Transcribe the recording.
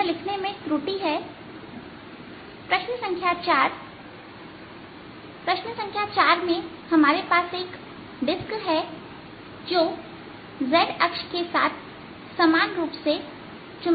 इसलिए यह लिखने में त्रुटि है प्रश्न संख्या चार में हमारे पास एक डिस्क है जो z अक्ष के साथ समान रूप से चुंबकित है